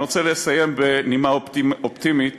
אני רוצה לסיים בנימה אופטימית